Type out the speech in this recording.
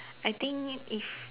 I think if